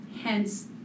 Hence